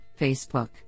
Facebook